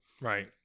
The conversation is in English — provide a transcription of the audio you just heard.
Right